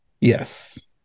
Yes